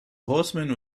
horseman